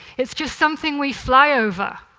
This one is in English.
it's just something we fly over,